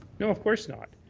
no, of course not.